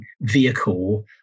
vehicle